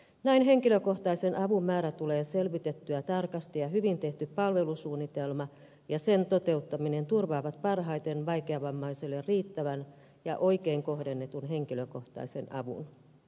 näin henkilökohtaisen avun määrä tulee selvitettyä tarkasti ja hyvin tehty palvelusuunnitelma ja sen toteuttaminen turvaavat parhaiten vaikeavammaiselle riittävän ja oikein kohdennetun henkilökohtaisen avun